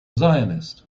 zionist